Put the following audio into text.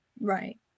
Right